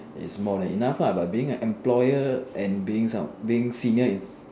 is more than enough lah but being an employer and being being senior is